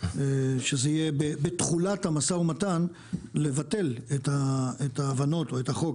שזה יהיה בתכולת המשא ומתן לבטל את ההבנות או את החוק,